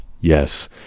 Yes